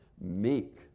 meek